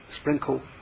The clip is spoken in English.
sprinkle